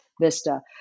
vista